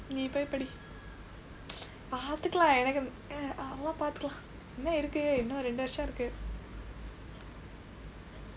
நீ போய் படி பார்த்துக்கலாம் அது எல்லாம் பார்த்துக்கலாம் என்ன இருக்கு என்ன இரண்டு வர்ஷம் இருக்கு :nii pooy padi paarththukkalaam athu ellsam paarththukkalaam enna irukku enna irandu varsham irukku